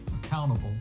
accountable